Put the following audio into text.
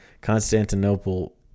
Constantinople